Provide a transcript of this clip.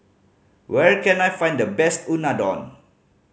where can I find the best Unadon